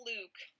Luke